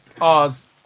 Oz